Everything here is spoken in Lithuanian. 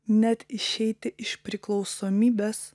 net išeiti iš priklausomybės